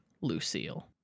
Lucille